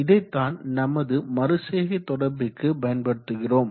இதைத்தான் நமது மறுசெய்கை தொடர்பிற்கு பயன்படுத்துகிறோம்